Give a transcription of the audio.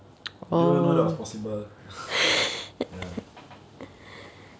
we don't even know that was possible ya